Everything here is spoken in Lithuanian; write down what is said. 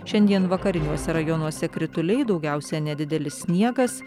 šiandien vakariniuose rajonuose krituliai daugiausiai nedidelis sniegas